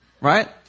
right